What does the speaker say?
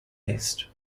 list